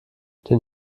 den